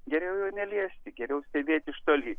geriau jo neliesti geriau stebėti iš toli